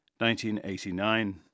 1989